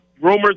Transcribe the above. rumors